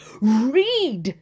read